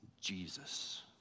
Jesus